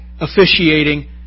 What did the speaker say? officiating